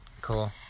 Cool